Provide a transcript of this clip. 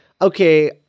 okay